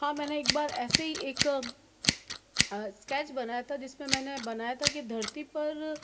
हाँ मैंने एक बार ऐसे ही एक स्केच बनाया था जिसमें मैंने बनाया था कि धरती पर